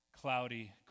cloudy